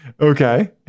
Okay